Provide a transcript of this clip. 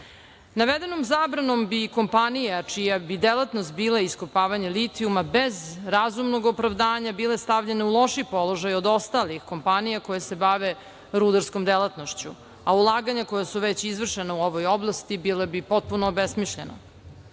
privrede. Navedenom zabranom bi kompanija čija bi delatnost bila iskopavanje litijuma bez razumnog opravdanja bila stavljena u lošiji položaj od ostalih kompanija koje se bave rudarskom delatnošću, a ulaganja koja su već izvršena u ovoj oblasti bile bi potpuno obesmišljena.